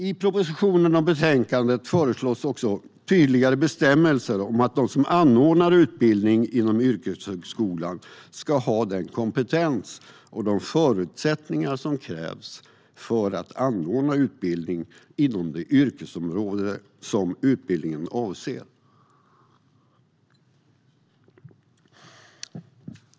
I propositionen och betänkandet föreslås också tydligare bestämmelser om att de som anordnar utbildning inom yrkeshögskolan ska ha den kompetens och de förutsättningar som krävs för att anordna utbildning inom det yrkesområde som utbildningen avser.